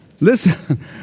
Listen